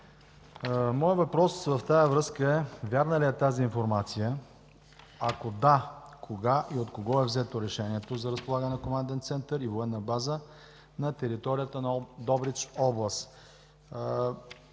Моят въпрос в тази връзка е: вярна ли е тази информация? Ако да, кога и от кого е взето решението за разполагане на Команден център и военна база на територията на област